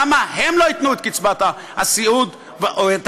למה הן לא ייתנו את קצבת הסיעוד או את